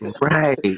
Right